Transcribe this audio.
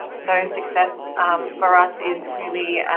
so success for us is really, ah,